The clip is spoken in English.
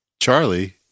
Charlie